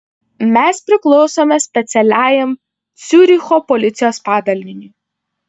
mes priklausome specialiajam ciuricho policijos padaliniui